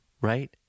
Right